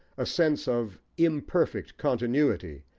a sense of imperfect continuity,